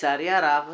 לצערי הרב,